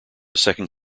second